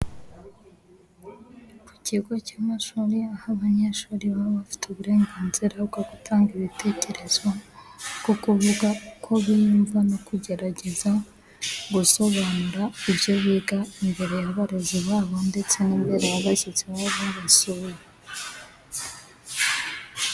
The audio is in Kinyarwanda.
Ku kigo cy'amashuri aho abanyeshuri baba bafite uburenganzira bwo gutanga ibitekerezo byo kuvuga uko biyumva no kugerageza gusobanura ibyo biga imbere y'abarezi babo ndetse n'imbere y'abashyitsi babasuye.